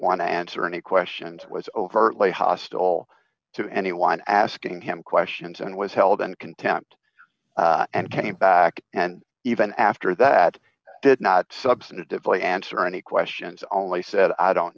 to answer any questions was overtly hostile to anyone asking him questions and was held in contempt and came back and even after that did not substantively answer any questions only said i don't